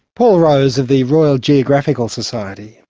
paul rose of the royal geographical society.